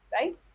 right